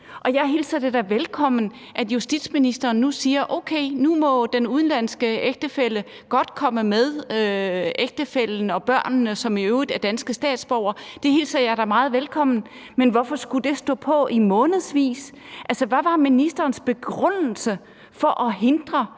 ad. Jeg hilser det da velkommen, at justitsministeren siger, at okay, nu må den udenlandske ægtefælle godt komme med ægtefællen og børnene, som i øvrigt er danske statsborgere. Det hilser jeg da meget velkommen. Men hvorfor skulle det stå på i månedsvis? Hvad var ministerens begrundelse for at hindre